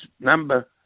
number